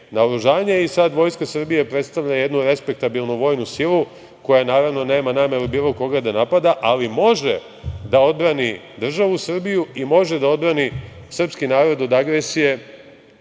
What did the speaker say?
naoružanje i sada vojska Srbije predstavlja jednu respektabilnu vojnu silu kaja naravno, nema nameru bilo koga da napada, ali može da odbrani državu Srbiju i može da odbrani srpski narod od agresije